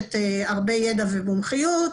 דורשת הרבה ידע ומומחיות.